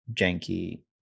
janky